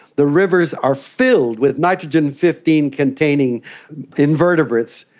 the rivers are filled with nitrogen fifteen containing invertebrates,